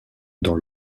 dans